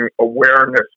awareness